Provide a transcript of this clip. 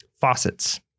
faucets